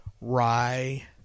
rye